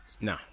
no